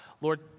Lord